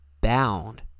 bound